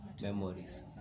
memories